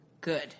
Good